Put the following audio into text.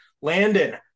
landon